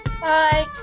Bye